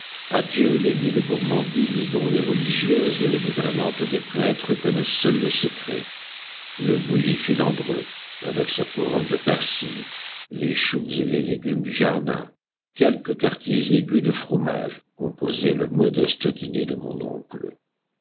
adieu les mille gourmandises dont les religieuses et les gouvernantes des prêtres connaissent seules le secret le bouilli filandreux avec sa couronne de persil les choux et les légumes du jardin quelques quartiers aigus de fromage composaient le modeste dîner de mon oncle